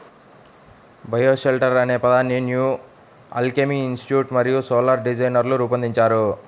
bioshelter అనే పదాన్ని New Alchemy Institute మరియు సోలార్ డిజైనర్లు రూపొందించారు